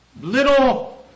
little